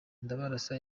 ndabarasa